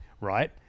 right